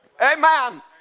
Amen